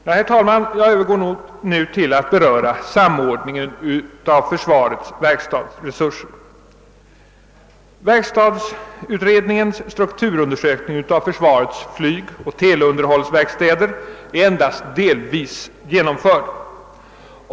Jag skall nu övergå, herr talman, till att beröra samordningen av försvarets verkstadsresurser. Verkstadsutredningens strukturundersökning av försvarets flygoch teleunderhållsverkstäder är endast delvis genomförd.